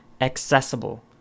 accessible